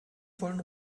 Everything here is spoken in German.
wollen